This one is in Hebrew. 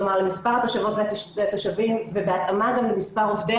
כלומר למספר התושבות והתושבים ובהתאמה גם למספר עובדי